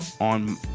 on